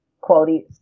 Quality